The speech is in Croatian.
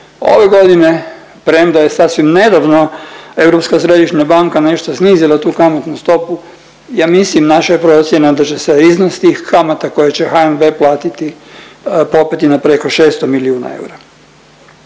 ove godine premda je sasvim nedavno Europska središnja banka nešto snizila tu kamatnu stopu ja mislim naša je procjena da će se iznos tih kamata koje će HNB platiti popeti na preko 600 milijuna eura.